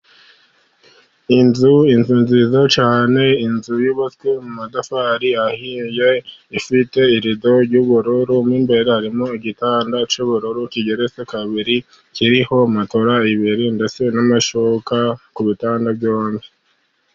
Inzu, inzu nziza cyane inzu yubatswe mu matafari ahiye ifite rido y'ubururu, mo imbere harimo igitanda cy'ubururu kigeretse kabiri, kiriho matora ebyiri ndetse n'amashuka ku bitanda byombi.